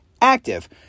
active